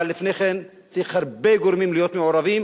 אבל לפני כן צריכים הרבה גורמים להיות מעורבים,